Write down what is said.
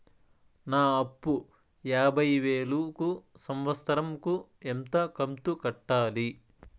నా అప్పు యాభై వేలు కు సంవత్సరం కు ఎంత కంతు కట్టాలి?